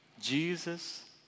Jesus